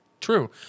True